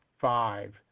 five